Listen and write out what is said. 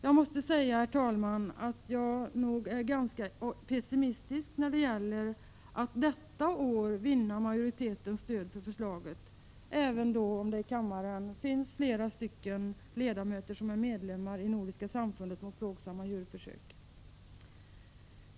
Jag är, herr talman, ganska pessimistisk när det gäller möjligheten att detta år vinna majoritetens stöd för förslaget, även om flera ledamöter i kammaren är medlemmar i Nordiska samfundet mot plågsamma djurförsök.